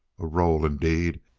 a role, indeed,